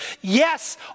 Yes